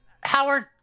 Howard